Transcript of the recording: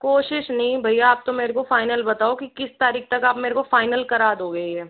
कोशिश नहीं भैया आप तो मुझे फाइनल बताओ कि किस तारीख तक आप मुझे फाइनल करा दोंगे यह